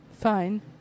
Fine